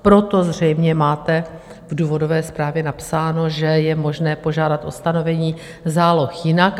Proto zřejmě máte v důvodové zprávě napsáno, že je možné požádat o stanovení záloh jinak.